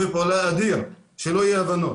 בוא, אמין,